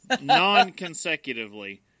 non-consecutively